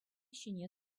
ҫине